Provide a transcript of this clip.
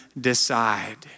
decide